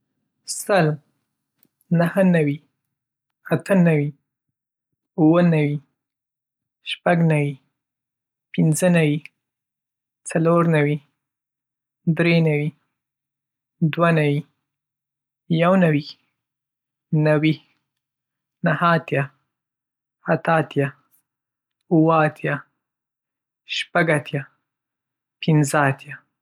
سل نهه نوي اته نوي اووه نوي شپږ نوي پنځه نوي څلور نوي درې نوي دوه نوي يو نوي نوي نهه اتيا اته اتيا اووه اتيا شپږ اتيا پنځه اتيا